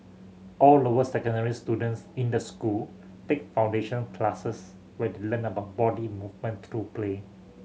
all lower secondary students in the school take foundation classes where they learn about body movement through play